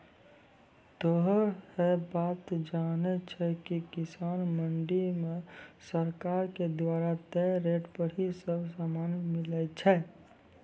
तोहों है बात जानै छो कि किसान मंडी मॅ सरकार के द्वारा तय रेट पर ही सब सामान मिलै छै